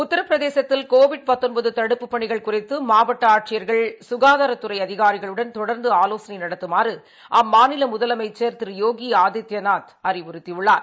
உத்திரபிரதேச்தில் தடுப்புப் பணிகள் குறித்துமாவட்டஆட்சியா்கள் சுகாதாரத்துறைஅதிகாரிகளுடன் தொடர்ந்துஆலோசனைநடத்துமாறுஅம்மாநிலமுதலமைச்சர் திருயோகிஆதித்யநாத் அறிவுறுத்தியுள்ளார்